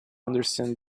understand